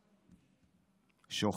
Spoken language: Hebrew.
שוחד.